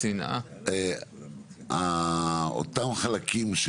אותם חלקים,